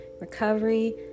recovery